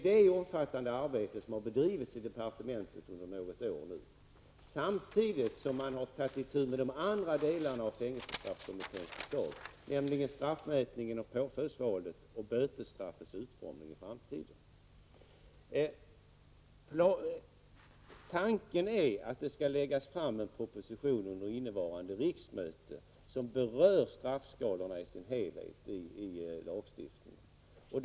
Det omfattande arbetet har bedrivits i departementet under något år nu, samtidigt som man har tagit itu med de andra delarna av fängelsestraffkommitténs förslag, nämligen straffmätningen och påföljdsvalet samt bötesstraffets utformning i framtiden. Tanken är att det skall läggas fram en proposition under innevarande riksmöte som berör straffskalorna i deras helhet i lagstiftningen.